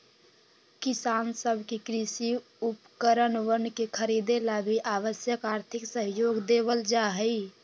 किसान सब के कृषि उपकरणवन के खरीदे ला भी आवश्यक आर्थिक सहयोग देवल जाहई